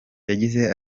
yagize